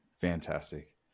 fantastic